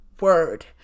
word